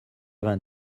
vingt